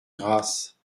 grasse